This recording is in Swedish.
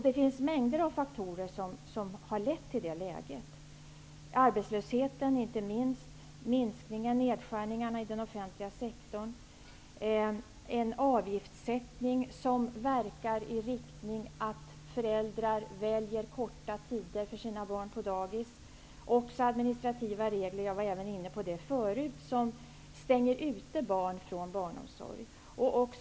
Det finns mängder av faktorer som har lett till det, arbetslösheten inte minst. Minskningen och nedskärningarna i den offentliga sektorn, en avgiftssättning som verkar i den riktningen att föräldrar väljer korta tider för sina barn på dagis och administrativa regler -- jag var inne på det förut -- som stänger ute barn från barnomsorg är ytterligare faktorer.